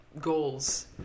goals